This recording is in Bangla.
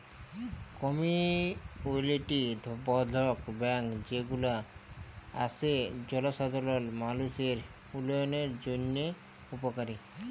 কমিউলিটি বর্ধল ব্যাঙ্ক যে গুলা আসে জলসাধারল মালুষের উল্যয়নের জন্হে উপকারী